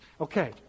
Okay